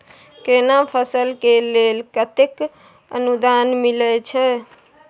केना फसल के लेल केतेक अनुदान मिलै छै?